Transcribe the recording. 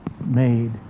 made